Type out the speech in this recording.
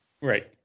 Right